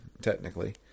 technically